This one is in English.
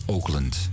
Oakland